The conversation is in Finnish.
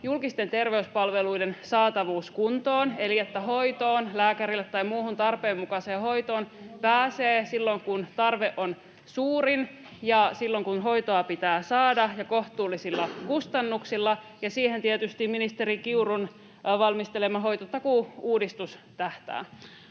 julkisten terveyspalveluiden saatavuus kuntoon — eli että hoitoon, lääkärille tai muuhun tarpeen mukaiseen hoitoon pääsee silloin, kun tarve on suurin, ja silloin, kun hoitoa pitää saada ja kohtuullisilla kustannuksilla. Ja siihen tietysti ministeri Kiurun valmistelema hoitotakuu-uudistus tähtää.